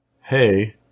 hey